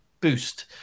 Boost